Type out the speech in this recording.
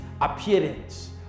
appearance